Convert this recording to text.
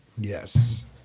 Yes